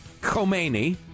Khomeini